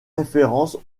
référence